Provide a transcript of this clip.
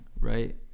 right